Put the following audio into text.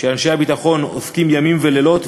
שאנשי הביטחון עוסקים ימים ולילות,